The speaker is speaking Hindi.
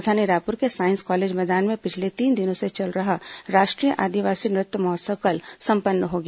राजधानी रायपुर के साईंस कॉलेज मैदान में पिछले तीन दिनों से चल रहा राष्ट्रीय आदिवासी नृत्य महोत्सव कल संपन्न हो गया